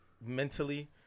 mentally